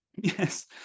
Yes